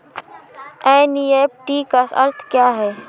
NEFT का अर्थ क्या है?